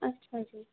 ਅੱਛਾ ਜੀ